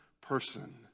person